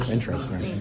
Interesting